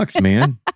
man